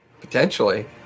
Potentially